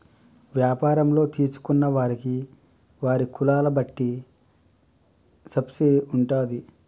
వ్యాపారంలో తీసుకున్న వారికి వారి కులాల బట్టి సబ్సిడీ ఉంటాది